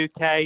UK